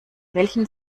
welchen